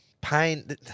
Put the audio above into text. pain